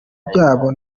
byabo